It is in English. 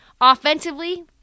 Offensively